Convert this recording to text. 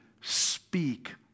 Speak